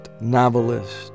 novelist